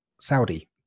Saudi